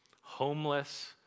homeless